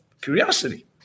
curiosity